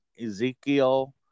Ezekiel